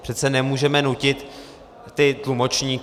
Přece nemůžeme nutit ty tlumočníky.